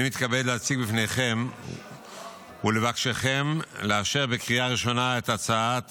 אני מתכבד להציג בפניכם ולבקשכם לאשר בקריאה ראשונה את הצעת